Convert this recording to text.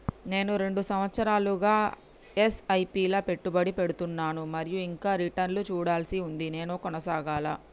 నేను రెండు సంవత్సరాలుగా ల ఎస్.ఐ.పి లా పెట్టుబడి పెడుతున్నాను మరియు ఇంకా రిటర్న్ లు చూడాల్సి ఉంది నేను కొనసాగాలా?